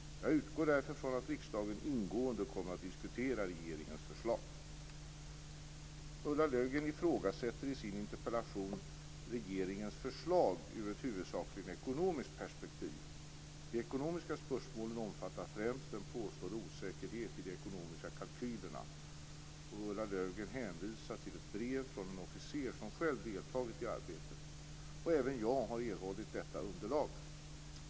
Jag utgår därför från att riksdagen ingående kommer att diskutera regeringens förslag. Ulla Löfgren ifrågasätter i sin interpellation regeringens förslag ur ett huvudsakligen ekonomiskt perspektiv. De ekonomiska spörsmålen omfattar främst en påstådd osäkerhet i de ekonomiska kalkylerna. Ulla Löfgren hänvisar till ett brev från en officer som själv deltagit i arbetet. Även jag har erhållit detta underlag.